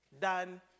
done